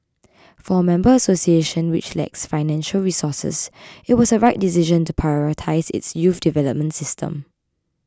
for a member association which lacks financial resources it was a right decision to prioritise its youth development system